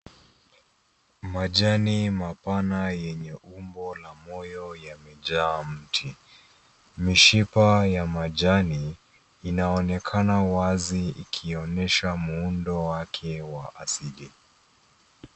Majani mapana yenye umbo la moyo yamejaa mti. Mishipa ya majani inaonekana wazi ikionyesha muundo wake wa asili.